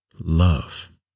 love